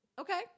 Okay